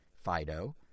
Fido